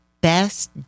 best